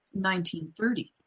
1930